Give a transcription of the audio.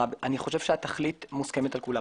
אני חושב שהתכלית מוסכמת על כולם.